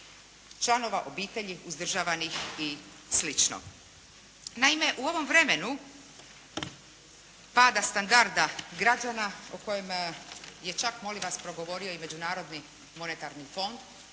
članova obitelji uzdržavanih i slično. Naime, u ovom vremenu pada standarda građana o kojima je čak molim vas progovorio i Međunarodni monetarni fond